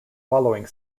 following